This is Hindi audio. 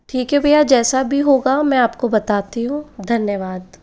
ठीक है भैया जैसा भी होगा मैं आपको बताती हूँ धन्यवाद